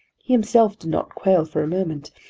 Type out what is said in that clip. he himself did not quail for a moment,